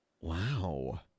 wow